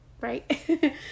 right